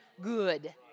good